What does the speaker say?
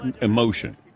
emotion